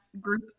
group